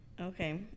Okay